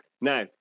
now